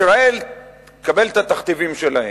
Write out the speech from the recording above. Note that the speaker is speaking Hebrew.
ישראל תקבל את התכתיבים שלהם.